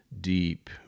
deep